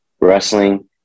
wrestling